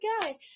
guy